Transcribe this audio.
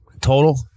Total